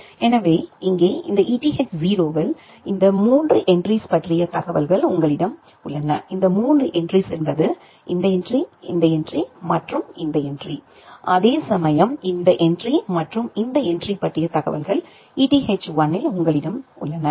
எனவே இங்கே இந்த Eth0 இல் இந்த 3 என்ட்ரிஸ் பற்றிய தகவல்கள் உங்களிடம் உள்ளன இந்த 3 என்ட்ரிஸ் என்பது இந்த என்ட்ரி இந்த என்ட்ரி மற்றும் இந்த என்ட்ரி அதேசமயம் இந்த என்ட்ரி மற்றும் இந்த என்ட்ரி பற்றிய தகவல்கள் Eth1 ல் உங்களிடம் உள்ளன